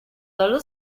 dallo